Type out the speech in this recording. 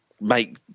make